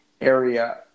area